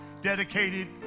dedicated